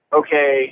okay